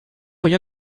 rien